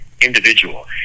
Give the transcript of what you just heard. individual